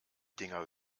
dinger